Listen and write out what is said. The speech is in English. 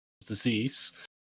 disease